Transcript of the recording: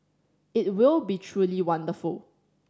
it will be truly wonderful